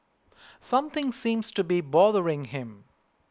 something seems to be bothering him